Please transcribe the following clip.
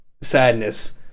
Sadness